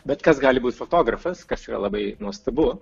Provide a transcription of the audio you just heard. bet kas gali būti fotografas kas yra labai nuostabu